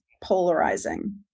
polarizing